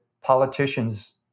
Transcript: politicians